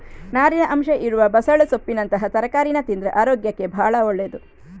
ನಾರಿನ ಅಂಶ ಇರುವ ಬಸಳೆ ಸೊಪ್ಪಿನಂತಹ ತರಕಾರೀನ ತಿಂದ್ರೆ ಅರೋಗ್ಯಕ್ಕೆ ಭಾಳ ಒಳ್ಳೇದು